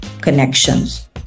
connections